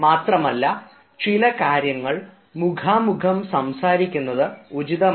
മാത്രമല്ല ചില കാര്യങ്ങൾ മുഖാമുഖം സംസാരിക്കുന്നത് ഉചിതമല്ല